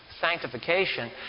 sanctification